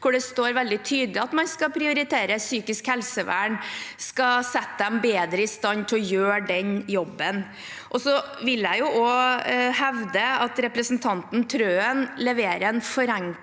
hvor det står veldig tydelig at man skal prioritere psykisk helsevern, skal sette dem bedre i stand til å gjøre den jobben. Så vil jeg hevde at representanten Trøen leverer en forenklet